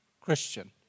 Christian